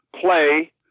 play